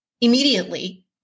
immediately